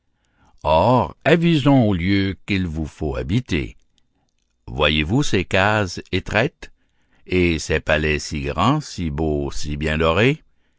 avisons aux lieux qu'il vous faut habiter voyez-vous ces cases étraites et ces palais si grands si beaux si bien dorés